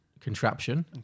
contraption